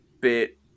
bit